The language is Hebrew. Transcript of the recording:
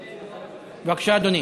בבקשה, אדוני.